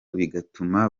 bigatuma